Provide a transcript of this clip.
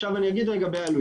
עכשיו אני אגיד בעלויות.